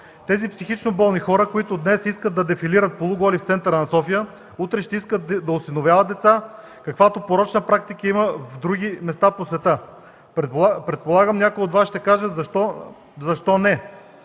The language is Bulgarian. Тези психично болни хора, които днес искат да дефилират полуголи в центъра на София, утре ще искат да осиновяват деца, каквато порочна практика има в други места по света. Предполагам, че някои от Вас ще кажат – защо не,